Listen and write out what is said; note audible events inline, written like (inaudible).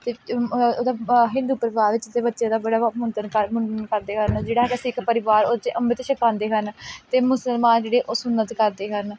ਅਤੇ (unintelligible) ਉਹਦਾ ਹਿੰਦੂ ਪਰਿਵਾਰ ਦੇ ਵਿੱਚ ਤਾਂ ਬੱਚੇ ਦਾ ਬੜਾ ਬ ਮੁੰਡਣ ਕਰ ਮੁੰਡਣ ਕਰਦੇ ਹਨ ਜਿਹੜਾ ਹੈਗਾ ਸਿੱਖ ਪਰਿਵਾਰ ਉਹ 'ਚ ਅੰਮ੍ਰਿਤ ਛਕਾਉਂਦੇ ਹਨ ਅਤੇ ਮੁਸਲਮਾਨ ਜਿਹੜੇ ਉਹ ਸੁੰਨਤ ਕਰਦੇ ਹਨ